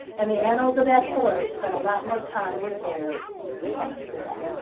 and the animals of that forest spent a lot more time with bear after that.